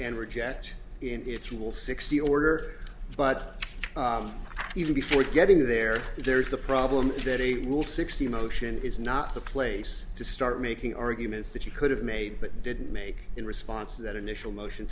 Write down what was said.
rejet in its will sixty order but even before getting there there's the problem that a rule sixty motion is not the place to start making arguments that you could have made but didn't make in response to that initial motion